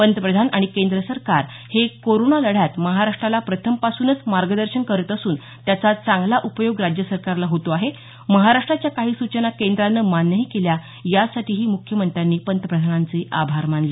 पंतप्रधान आणि केंद्र सरकार हे कोरोना लढ्यात महाराष्ट्राला प्रथमपासूनच मार्गदर्शन करीत असून त्याचा चांगला उपयोग राज्य सरकारला होतो आहे महाराष्ट्राच्या काही सूचना केंद्राने मान्यही केल्या यासाठी मुख्यमंत्र्यांनी पंतप्रधानांचे आभार मानले